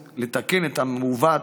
הבריאותיות,